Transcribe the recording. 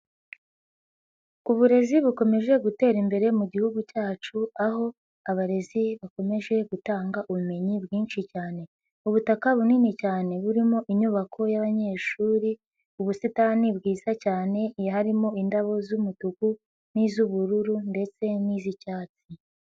Uburezi bukomeje gutera imbere mu Gihugu cyacu aho abarezi bakomeje gutanga ubumenyi bwinshi cyane. Ubutaka bunini cyane burimo inyubako y'abanyeshuri, ubusitani bwiza cyane harimo indabo z'umutuku n'iz'ubururu ndetse n'iz'icyatsi.